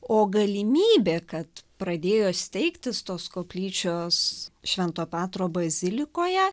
o galimybė kad pradėjo steigtis tos koplyčios švento petro bazilikoje